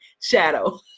shadow